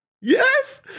Yes